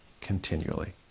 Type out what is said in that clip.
continually